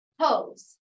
Pose